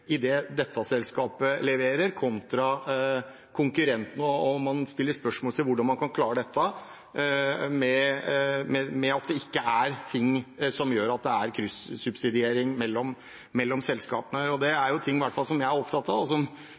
det dette selskapet leverer, kontra konkurrent, og man stiller spørsmål om hvordan man kan klare dette – at det ikke er ting som gjør at det er kryssubsidiering mellom selskapene. Det er noe jeg er opptatt av, og som